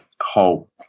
hope